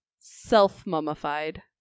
Self-mummified